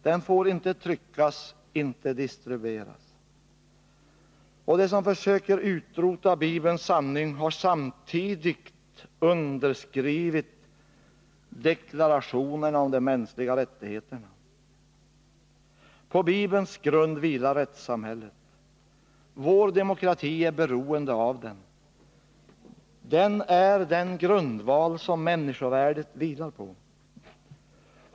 Den får inte tryckas, inte distribueras. Och de som försöker utrota Bibelns sanning har samtidigt underskrivit deklarationerna om de mänskliga rättigheterna. På Bibelns grund vilar rättssamhället. Vår demokrati är beroende av den. Den är den grundval som människovärdet vilar på.